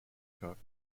cooked